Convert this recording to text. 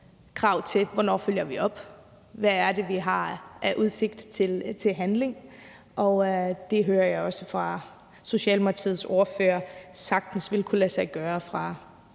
krav til, hvornår vi skal følge op, og hvilken udsigt vi har til handling. Det hører jeg også fra Socialdemokratiets ordfører sagtens vil kunne lade sig gøre fra